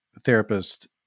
therapist